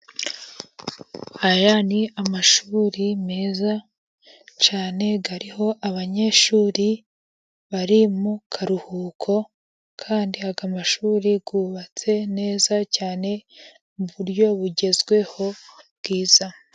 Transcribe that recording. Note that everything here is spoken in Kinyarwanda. Aya ni amashuri meza cyane, ariho abanyeshuri bari mu karuhuko kandi aya mashuri yubatse neza cyane mu buryo bugezweho bwiza.